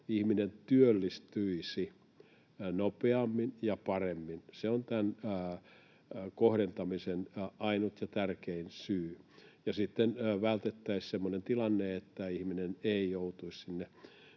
ihminen työllistyisi nopeammin ja paremmin. Se on tämän kohdentamisen ainut ja tärkein syy. Sitten vältettäisiin semmoinen tilanne, että ihminen joutuisi